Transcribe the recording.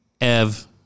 Ev